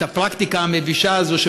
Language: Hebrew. את הפרקטיקה המבישה הזאת,